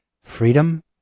freedom